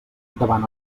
davant